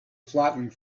flattened